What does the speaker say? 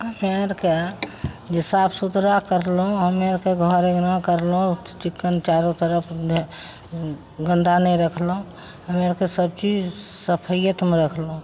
पाएरके जे साफ सुथरा करलहुँ हमे आओरके घर अँगना करलहुँ चिक्कन चारू तरफ गन्दा नहि रखलहुँ हमे आओरके सबचीज सफैअतमे राखलहुँ